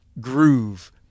groove